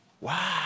Wow